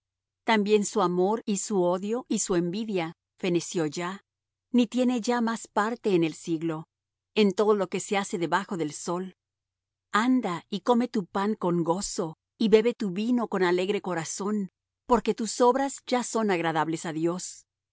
también su amor y su odio y su envidia feneció ya ni tiene ya más parte en el siglo en todo lo que se hace debajo del sol anda y come tu pan con gozo y bebe tu vino con alegre corazón porque tus obras ya son agradables á dios